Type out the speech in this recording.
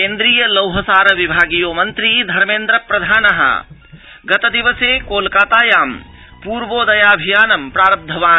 केन्द्रीय लौहसार विभागीयो मन्त्री धर्मेन्द्र प्रधानः गतदिवसे कोलकातायां पूर्वोदयाऽभियानं प्राव्धवान्